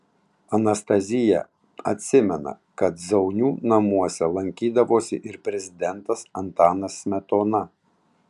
anastazija atsimena kad zaunių namuose lankydavosi ir prezidentas antanas smetona